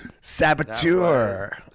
Saboteur